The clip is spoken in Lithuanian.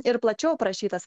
ir plačiau aprašytas